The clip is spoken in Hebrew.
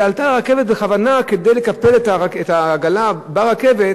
ועלתה לרכבת בכוונה כדי לקפל את העגלה ברכבת,